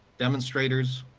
demonstrators,